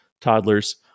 toddlers